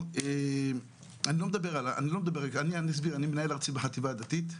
אני מנהל ארצי בחטיבה הדתית,